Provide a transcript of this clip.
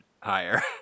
higher